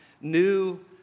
new